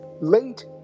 late